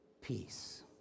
peace